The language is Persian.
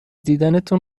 دیدنتون